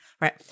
Right